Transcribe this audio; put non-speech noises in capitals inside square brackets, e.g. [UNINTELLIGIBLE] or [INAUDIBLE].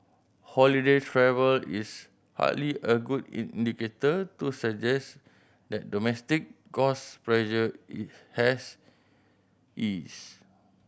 holiday travel is hardly a good indicator to suggest that domestic cost pressure [UNINTELLIGIBLE] has eased